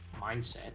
mindset